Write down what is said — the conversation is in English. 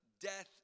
death